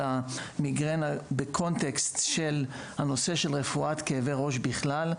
המיגרנה בהקשר של הנושא של רפואת כאבי ראש בכלל,